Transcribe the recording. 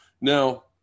Now